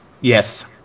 Yes